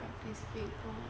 practice paper